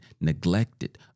neglected